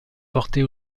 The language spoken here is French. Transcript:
portés